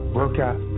workout